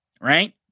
right